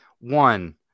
One